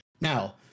now